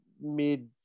mid